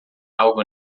algo